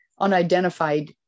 unidentified